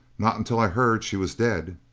not until i heard she was dead.